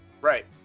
right